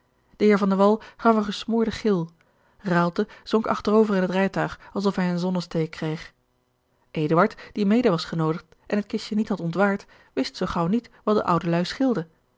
gaf een gesmoorden gil raalte zonk achterover in het rijtuig alsof hij een zonnesteek kreeg eduard die mede was genoodigd en het kistje niet had ontwaard wist zoo gaauw niet wat de oude luî scheelde